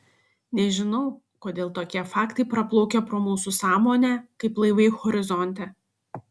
nežinau kodėl tokie faktai praplaukia pro mūsų sąmonę kaip laivai horizonte